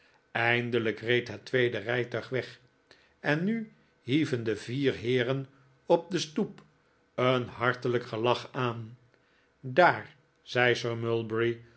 eindelijk reed het tweede rijtuig weg en nu hieven de vier heeren op de stoep een hartelijk gelach aan daar zei sir